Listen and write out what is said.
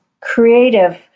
creative